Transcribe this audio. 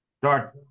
start